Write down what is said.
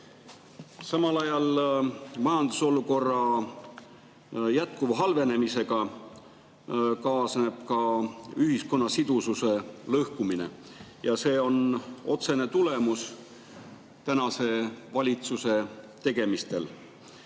Samal ajal majandusolukorra jätkuva halvenemisega kaasneb ka ühiskonna sidususe lõhkumine ja see on tänase valitsuse tegemiste